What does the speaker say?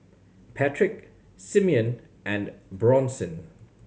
Patrick Simeon and Bronson